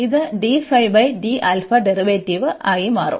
ഇത് ഡെറിവേറ്റീവ് ആയി മാറും